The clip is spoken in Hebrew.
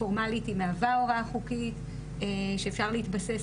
פורמלית היא מהווה הוראה חוקית שאפשר להתבסס